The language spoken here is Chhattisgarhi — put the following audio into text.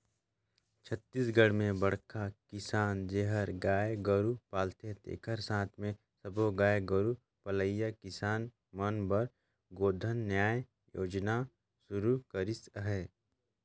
छत्तीसगढ़ में बड़खा किसान जेहर गाय गोरू पालथे तेखर साथ मे सब्बो गाय गोरू पलइया किसान मन बर गोधन न्याय योजना सुरू करिस हे